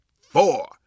four